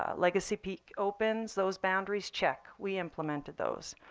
ah legacy peak opens. those boundaries, check, we implemented those.